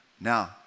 Now